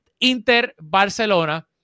Inter-Barcelona